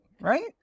right